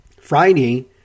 Friday